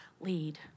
lead